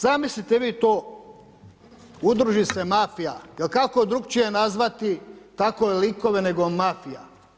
Zamislite vi to, udruži se mafija jer kako drukčije nazvati takove likove nego mafija.